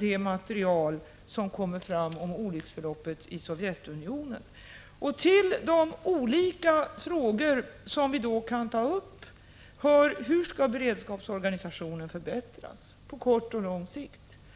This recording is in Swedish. det material som kommer fram om olycksförloppet i Sovjetunionen. Till de olika frågor som vi kan komma att ta upp hör: Hur skall beredskapsorganisationen förbättras på kort och lång sikt vid våra anlägg — Prot.